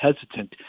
hesitant